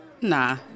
Nah